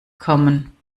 kommen